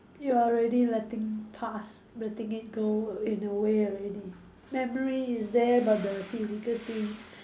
you are already letting past letting it go in a way already memory is there but the physical thing